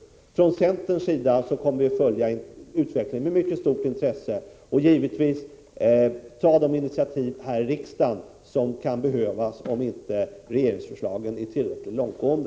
Från centerns sida kommer vi att följa utvecklingen med mycket stort intresse. Givetvis kommer vi här i riksdagen att ta de initiativ som erfordras, om regeringsförslagen inte är tillräckligt långtgående.